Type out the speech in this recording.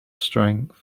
strength